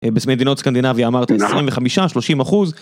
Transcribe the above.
במדינות סקנדינביה, אמרתי 25-30%.